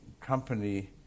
company